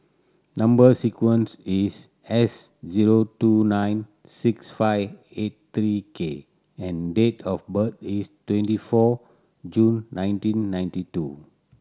number sequence is S zero two nine six five eight three K and date of birth is twenty four June nineteen ninety two